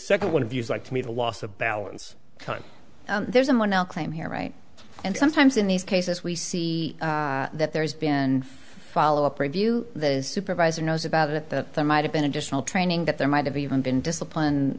second one of us like to me the loss of balance time there isn't one will claim here right and sometimes in these cases we see that there's been a follow up review those supervisor knows about it that there might have been additional training that there might have even been discipline